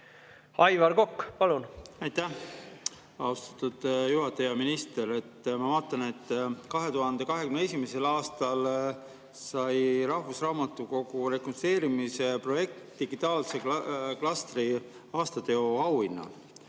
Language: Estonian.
Aivar Kokk, palun! Aitäh, austatud juhataja! Hea minister! Ma vaatan, et 2021. aastal sai rahvusraamatukogu rekonstrueerimise projekt digitaal[ehituse] klastri aasta teo auhinna.